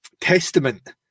testament